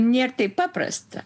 nėr taip paprasta